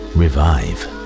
revive